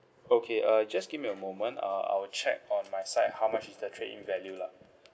okay uh just give me a moment uh I'll check on my side how much is the trade in value lah